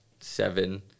seven